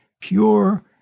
pure